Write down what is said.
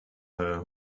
her